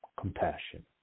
compassion